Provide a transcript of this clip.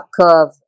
curve